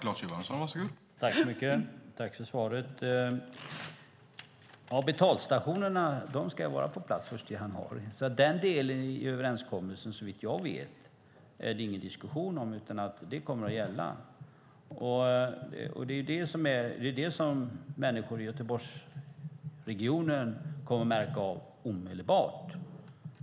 Herr talman! Betalstationerna ska vara på plats den 1 januari. Den delen i överenskommelsen är det såvitt jag vet ingen diskussion om, utan detta kommer att gälla. Detta kommer människor i Göteborgsregionen att märka omedelbart.